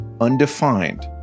undefined